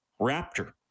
Raptor